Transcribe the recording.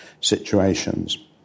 situations